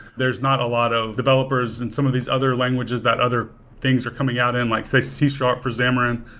there's not a lot of developers in some of these other languages that other things are coming out in like, say, c so ah for xamarin.